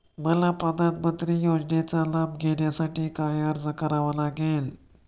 मला प्रधानमंत्री योजनेचा लाभ घेण्यासाठी काय अर्ज करावा लागेल?